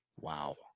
Wow